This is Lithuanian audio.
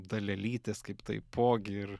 dalelytės kaip taipogi ir